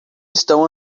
estão